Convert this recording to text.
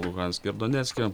luhanske ir donecke